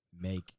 make –